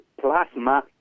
plasma